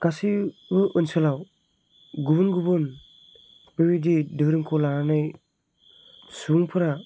गासैबो ओनसोलाव गुबुन गुबुन बेबायदि धोरोमखौ लानानै सुबुंफोरा